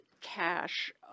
cash